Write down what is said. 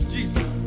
Jesus